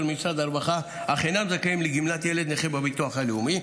ממשרד הרווחה אך אינם זכאים לגמלת ילד נכה בביטוח הלאומי,